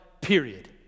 period